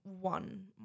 one